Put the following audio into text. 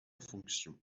fonctions